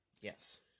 Yes